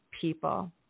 people